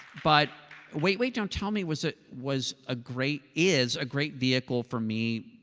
but wait, wait. don't tell me was ah was a great. is a great vehicle for me,